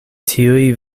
tiuj